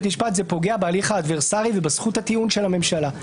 משפט זה פוגע בהליך האדברסרי ובזכות הטיעון של הממשלה.